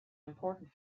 important